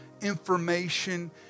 information